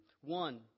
One